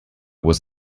was